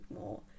more